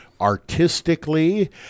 artistically